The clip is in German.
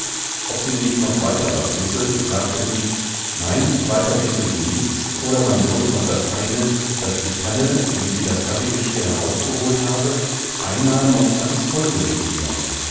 ob sie nicht noch weiter was wisse sagte sie nein weiter wisse sie nichts oder man blos noch das eine daß die kanne wie sie das kaffeegeschirr herausgeholt habe beinah noch ganz voll gewesen sei